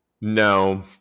No